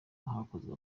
hakozwe